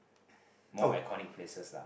oh